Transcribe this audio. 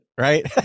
Right